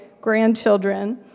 grandchildren